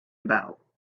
about